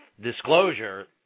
disclosure